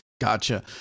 Gotcha